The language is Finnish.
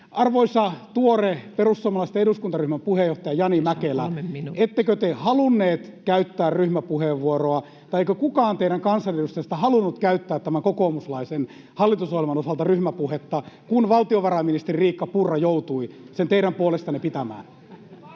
Arvoisa tuore perussuomalaisten eduskuntaryhmän puheenjohtaja Jani Mäkelä, ettekö te halunneet käyttää ryhmäpuheenvuoroa, tai eikö kukaan teidän kansanedustajistanne halunnut käyttää tämän kokoomuslaisen hallitusohjelman osalta ryhmäpuhetta, kun valtiovarainministeri Riikka Purra joutui sen teidän puolestanne pitämään?